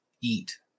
eat